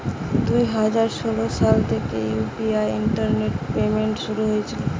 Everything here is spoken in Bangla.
দুই হাজার ষোলো সাল থেকে ইউ.পি.আই ইন্টারনেট পেমেন্ট শুরু হয়েছিল